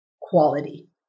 quality